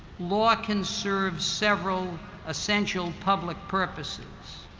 law can serve several essential public purposes.